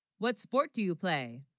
what sport do you play?